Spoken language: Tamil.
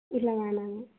இல்லை வேணாம்ங்க